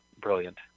brilliant